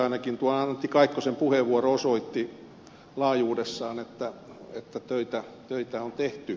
ainakin tuo antti kaikkosen puheenvuoro osoitti laajuudessaan että töitä on tehty